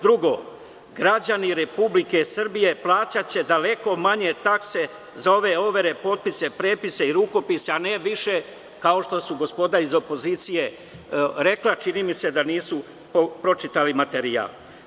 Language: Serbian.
Drugo, građani Republike Srbije plaćaće daleko manje takse za ove overe, potpise, prepise i rukopise, a ne više kao što su gospoda iz opozicije rekla, čini mi se da nisu pročitali materijal.